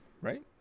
right